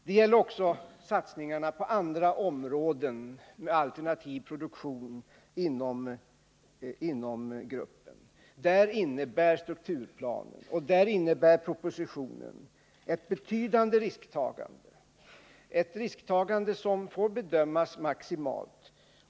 Det gäller också satsningarna på andra områden med alternativ produktion inom den här gruppen. Där innebär strukturplanen och propositionen ett betydande risktagande, som får bedömas maximalt.